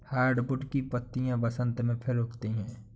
hardwood की पत्तियां बसन्त में फिर उगती हैं